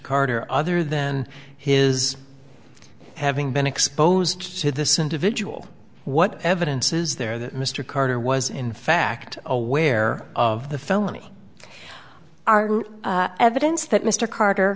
carter other than his having been exposed to this individual what evidence is there that mr carter was in fact aware of the felony are evidence that mr carter